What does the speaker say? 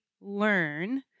learn